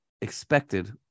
expected